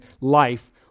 life